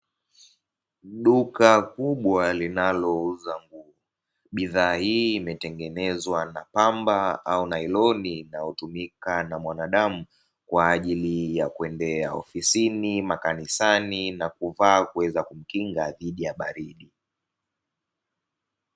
Duka kubwa linalouza nguo, bidhaa hii imetengenezwa na pamba au nailoni inayotumika na mwanadamu. Kwa ajili ya kuendea ofisini, makanisani na kuvaa kuweza kujikinga dhidi ya baridi.